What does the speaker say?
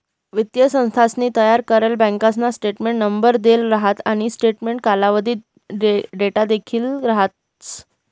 वित्तीय संस्थानसनी तयार करेल बँकासना स्टेटमेंटले नंबर देल राहस आणि स्टेटमेंट कालावधी देखाडिदेल राहस